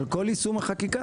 על כל יישום החוק הזה.